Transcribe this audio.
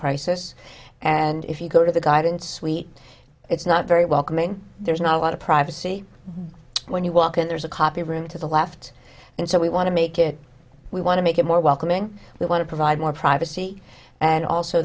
crisis and if you go to the guidance suite it's not very welcoming there's not a lot of privacy when you walk in there's a copy room to the left and so we want to make it we want to make it more welcoming we want to provide more privacy and also